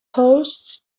posts